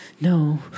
No